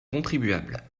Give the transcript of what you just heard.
contribuables